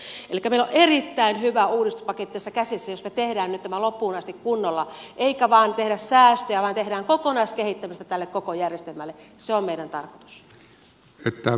elikkä meillä on erittäin hyvä uudistuspaketti käsissä jos me teemme tämän nyt loppuun asti kunnolla eikä tehdä vain säästöjä vaan tehdään kokonaiskehittämistä tälle koko järjestelmälle se on meidän tarkoituksemme